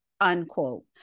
unquote